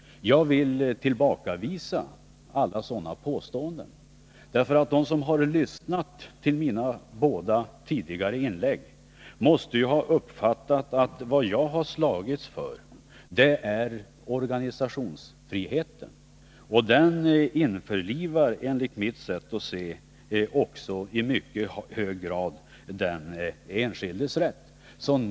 Jag vill tillbakavisa alla sådana påståenden. De som har lyssnat till mina båda tidigare inlägg måste ju ha uppfattat att vad jag har slagits för är organisationsfriheten, och den införlivar enligt mitt sätt att se också i mycket hög grad den enskildes rätt.